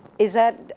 is that,